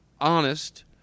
honest